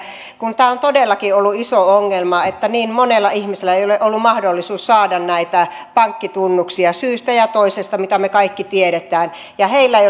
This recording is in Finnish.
kun tämä on todellakin ollut iso ongelma että niin monella ihmisellä ei ole ollut mahdollisuutta saada näitä pankkitunnuksia syystä ja toisesta minkä me kaikki tiedämme ja heillä ei